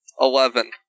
Eleven